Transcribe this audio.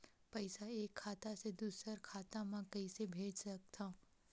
पईसा एक खाता से दुसर खाता मा कइसे कैसे भेज सकथव?